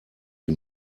sie